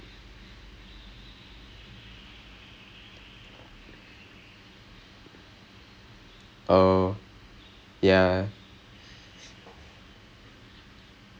இந்த தடவை அந்த மாதிரி அவ்வளவோ எல்லாம்:intha thadavai antha maathiri avalavo ellam information disseminate எல்லாம் ஆகலை:ellaam aakalai interest இருக்கா வாங்க அதும் அவ்வளவு தான் சொன்னாங்கே இல்லையா:irukkaa vaanga athum avalavu thaan sonnaangae illaiyaa so is kind of like okay this is what that wing will do